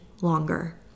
longer